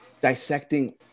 dissecting